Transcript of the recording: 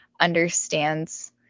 understands